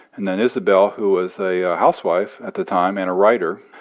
and then isabel, who was a a housewife at the time and a writer,